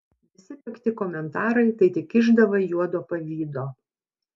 visi pikti komentarai tai tik išdava juodo pavydo